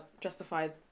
justified